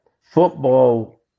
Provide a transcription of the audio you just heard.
football